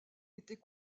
était